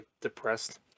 depressed